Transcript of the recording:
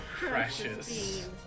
precious